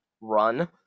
Run